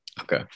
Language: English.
okay